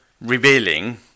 revealing